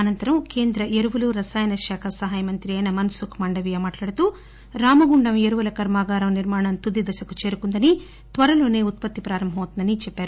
అనంతరం కేంద్ర ఎరువులు రసాయన శాఖ సహాయ మంత్రి మన్ సుఖ్ మాండవియా మాట్లాడుతూ రామగుండం ఎరువుల కర్మాగారం నిర్మాణం తుది దశకి చేరుకుందని త్వరలో ఉత్పత్తి ప్రారంభమౌతుందని చెప్పారు